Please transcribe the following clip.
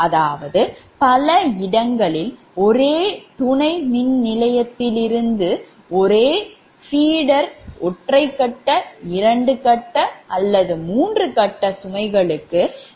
அதாவது பல இடங்களில் ஒரே துணை மின்நிலையத்திலிருந்து ஒரே ஊட்டி ஒற்றை கட்ட 2 கட்ட அல்லது 3 கட்ட சுமைகளுக்கு மின்னழுத்தத்தை வழங்குகிறது